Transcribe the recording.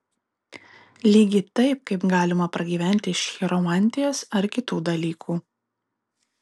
lygiai taip kaip galima pragyventi iš chiromantijos ar kitų dalykų